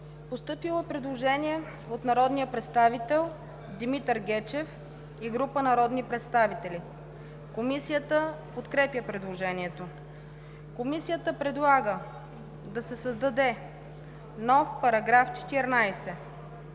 ДИМОВА: Предложение от народния представител Димитър Гечев и група народни представители. Комисията подкрепя предложението. Комисията предлага да се създаде нов § 16: „§ 16.